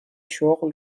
شغل